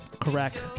Correct